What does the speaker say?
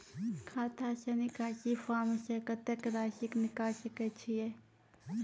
खाता से निकासी फॉर्म से कत्तेक रासि निकाल सकै छिये?